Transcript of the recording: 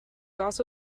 also